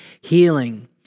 healing